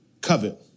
covet